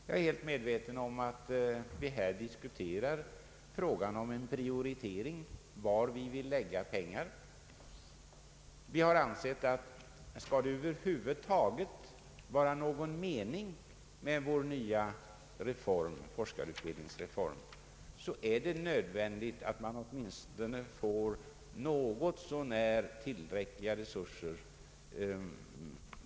Jag är helt medveten om att vi här diskuterar frågan om en prioritering, d.v.s. var vi skall lägga pengar. Vi har ansett att om det över huvud taget skall vara någon mening med vår forskarutbildningsreform så är det nödvändigt med något så när tillräckliga resurser.